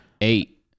Eight